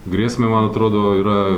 grėsmę man atrodo yra